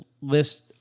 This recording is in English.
list